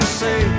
say